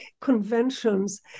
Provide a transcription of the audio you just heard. conventions